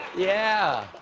yeah.